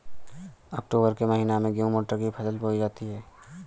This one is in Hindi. अक्टूबर के महीना में गेहूँ मटर की फसल बोई जाती है